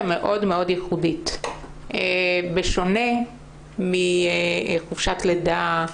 מאוד מאוד ייחודית בשונה מחופשת לידה,